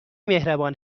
مهربان